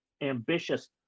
ambitious